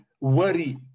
worry